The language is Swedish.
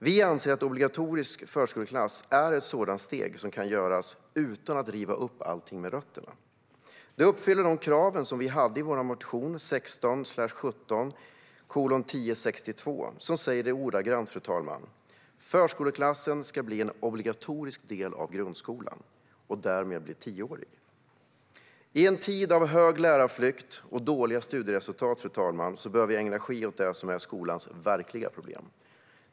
Vi anser att obligatorisk förskoleklass är ett sådant steg som kan tas utan att riva upp allting med rötterna. Det uppfyller de krav som vi hade i vår motion 2017/18:1062 som säger att "förskoleklassen ska bli en obligatorisk del av grundskolan som därmed blir tioårig". Fru talman! I en tid av hög lärarflykt och dåliga studieresultat behöver vi ägna energi åt det som är skolans verkliga problem.